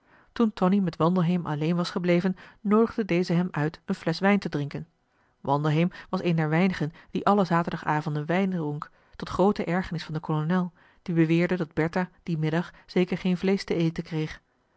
toen tonie met wandelheem alleen was gebleven noodigde deze hem uit een flesch wijn te drinken wandelheem was een der weinigen die alle zaterdag avonden wijn dronk tot groote ergernis van den kolonel die beweerde dat bertha dien middag zeker geen vleesch te marcellus emants een drietal novellen eten kreeg